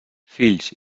fills